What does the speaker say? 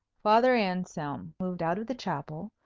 father anselm moved out of the chapel,